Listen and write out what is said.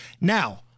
Now